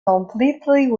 completely